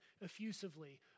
effusively